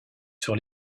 sur